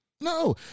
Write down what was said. no